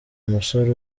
umusore